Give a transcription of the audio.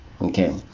okay